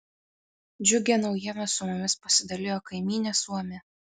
džiugia naujiena su mumis pasidalijo kaimynė suomė